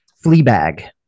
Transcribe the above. Fleabag